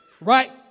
Right